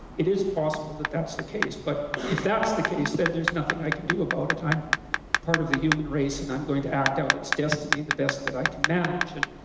it is possible that that's the case but if that's the case there's nothing i can do about it, i'm part of the human race and i'm going to act out its destiny the best that i can manage and